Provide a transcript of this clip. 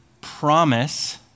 promise